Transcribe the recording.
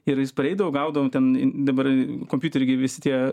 ir jis pareidavo gaudavom ten dabar kompiutery gi visi tie